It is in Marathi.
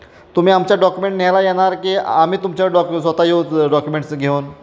तुम्ही आमच्या डॉक्युमेंट न्यायला येणार की आम्ही तुमच्या डॉक स्वतः येऊ स डॉक्युमेंट्स घेऊन